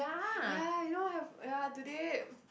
ya you know what hap~ ya today